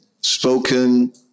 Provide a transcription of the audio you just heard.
spoken